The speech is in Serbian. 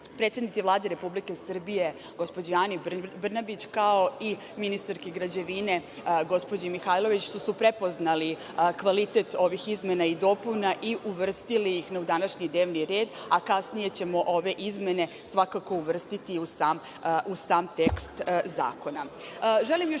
predsednici Vlade Republike Srbije gospođi Ani Brnabić, kao i ministarki građevine gospođi Zorani Mihajlović, što su prepoznali kvalitet ovih izmena i dopuna i uvrstili ih u današnji dnevni red, a kasnije ćemo ove izmene svakako uvrstiti u sam tekst zakona. Želim